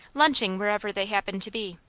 lunching wherever they happened to be.